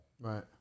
Right